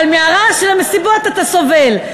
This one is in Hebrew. אבל מהרעש של המסיבות אתה סובל.